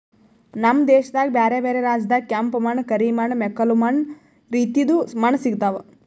ನಮ್ ದೇಶದಾಗ್ ಬ್ಯಾರೆ ಬ್ಯಾರೆ ರಾಜ್ಯದಾಗ್ ಕೆಂಪ ಮಣ್ಣ, ಕರಿ ಮಣ್ಣ, ಮೆಕ್ಕಲು ಮಣ್ಣ ರೀತಿದು ಮಣ್ಣ ಸಿಗತಾವ್